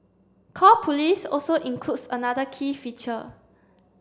call police also includes another key feature